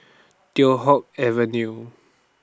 Teow Hock Avenue